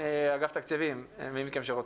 בבקשה.